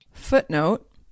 Footnote